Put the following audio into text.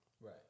Right